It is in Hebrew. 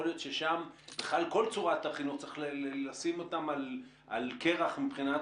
יכול להיות ששם בכלל כל צורת החינוך צריך לשים אותה על קרח מבחינת